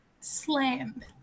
slam